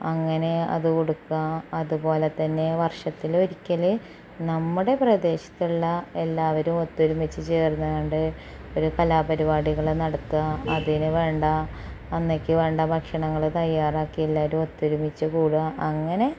അങ്ങനെ അത് കൊട്ക്ക്വാ അതുപോലെ തന്നെ വർഷത്തിലൊരിക്കൽ നമ്മുടെ പ്രദേശത്തുള്ള എല്ലാവരും ഒത്തൊരുമിച്ച് ചേർന്ന് കൊണ്ട് ഒരു കലാപരിപാടികൾ നടത്ത്വാ അതിന് വേണ്ട അന്നേക്ക് വേണ്ട ഭക്ഷണങ്ങൾ തയ്യാറാക്കി എല്ലാവരും ഒത്തൊരുമിച്ച് പോവ്വാ അങ്ങനെ